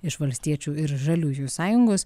iš valstiečių ir žaliųjų sąjungos